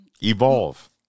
evolve